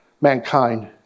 mankind